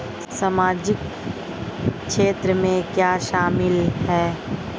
सामाजिक क्षेत्र में क्या शामिल है?